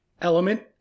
element